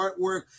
artwork